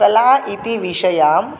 कला इति विषयं